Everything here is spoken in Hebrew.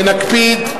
ונקפיד.